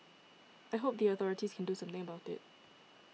I hope the authorities can do something about it